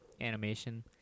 animation